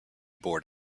board